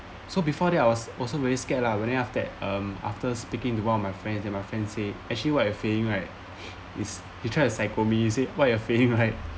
so before that I was also very scared lah but then after that um after speaking to one of my friends and my friend say actually what you're feeling right is you try to psycho me you say what you're feeling right